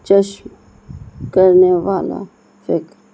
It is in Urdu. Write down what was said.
چشم کرنے والا ہے